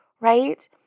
right